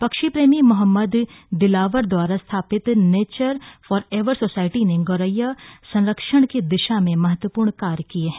पक्षी प्रेमी मोहम्मद दिलावर दवारा स्थापित नेचर फॉरएवर सोसाइटी ने गोरैया संरक्षण की दिशा में महत्वपूर्ण कार्य किए हैं